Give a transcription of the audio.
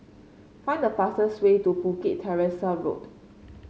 find the fastest way to Bukit Teresa Road